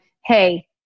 hey